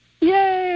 yay